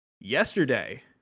yesterday